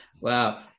Wow